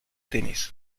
tenis